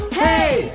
hey